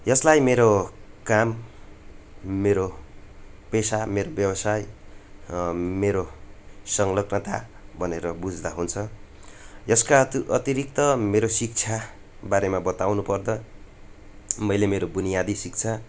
यसलाई मेरो काम मेरो मेरो पेसा मेरो व्यवसाय मेरो सङ्लग्नता भनेर बुझ्दा हुन्छ यसका अत् अतिरिक्त मेरो शिक्षाबारेमा बताउनुपर्दा मैले मेरो बुनियादी शिक्षा